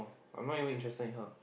I'm not even interested in her